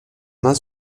main